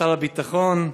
שר הביטחון,